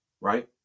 right